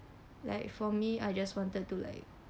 like for me I just wanted to like